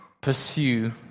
pursue